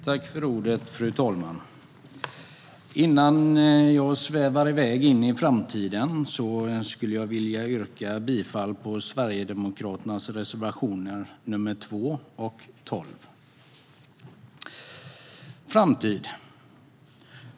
Herr talman! Innan jag svävar iväg in i framtiden skulle jag vilja yrka bifall till Sverigedemokraternas reservationer nr 2 och 12. Låt oss titta på framtiden.